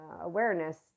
awareness